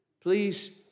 Please